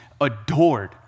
adored